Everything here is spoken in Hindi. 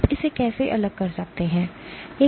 आप इसे कैसे अलग कर सकते हैं